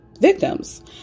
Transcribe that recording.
victims